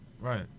Right